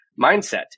mindset